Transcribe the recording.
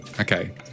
Okay